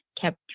kept